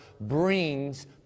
brings